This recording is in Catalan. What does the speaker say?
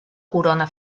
corona